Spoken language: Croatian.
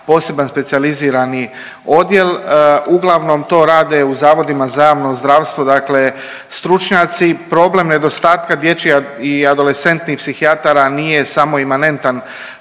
poseban specijalizirani odjel, uglavnom to rade u zavodima za javno zdravstvo, dakle stručnjaci. Problem nedostatka dječjih i adolescentnih psihijatara nije samo imanentan